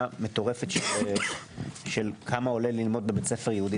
מטורפת של כמה עולה ללמוד בבית ספר יהודי.